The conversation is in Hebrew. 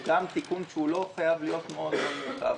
הוא תיקון שלא חייב להיות מורכב מאוד.